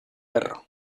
perro